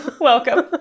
Welcome